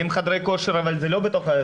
אם כבר חדרי כושר לא בפנים,